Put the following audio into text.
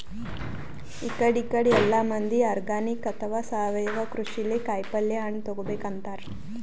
ಇಕಡಿ ಇಕಡಿ ಎಲ್ಲಾ ಮಂದಿ ಆರ್ಗಾನಿಕ್ ಅಥವಾ ಸಾವಯವ ಕೃಷಿಲೇ ಕಾಯಿಪಲ್ಯ ಹಣ್ಣ್ ತಗೋಬೇಕ್ ಅಂತಾರ್